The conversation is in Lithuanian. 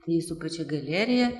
nei su pačia galerija